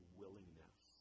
willingness